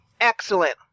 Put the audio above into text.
Excellent